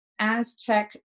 Aztec